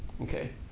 okay